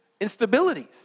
instabilities